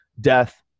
death